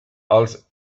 els